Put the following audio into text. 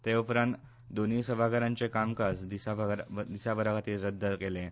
ते उपरांत दोनुय सभाघरांचे कामकाज दिसाभरा खातीर रद्द केलें